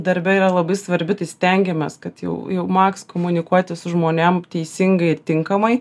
darbe yra labai svarbi tai stengiamės kad jau jau maks komunikuoti su žmonėm teisingai tinkamai